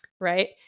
right